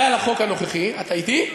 ועל החוק הנוכחי, אתה אתי?